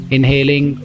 Inhaling